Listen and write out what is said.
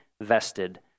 vested